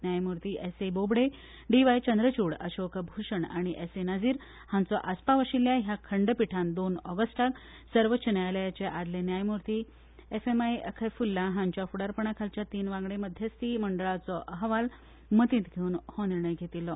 न्यायमुर्ती S A Bobde D Y Chandrachud Ashok Bhushan आनी S A Nazeer हांचो आसपाव आशिल्ल्या ह्या खंडपिठांत दोन ऑगस्टाक सर्वोच्च न्यायालयाचे आदले न्यायमूर्ती एफएमआय कलीफुल्ला हांच्या फुडारपणा खालच्या तीन वांगडी मध्यस्ती मंडळाचो अहवाल मतींत घेवन हो निर्णय घेतिल्लो